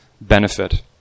benefit